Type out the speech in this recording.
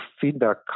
feedback